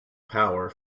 power